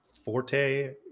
forte